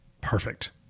perfect